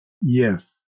Yes